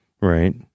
right